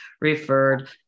referred